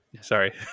Sorry